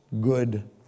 good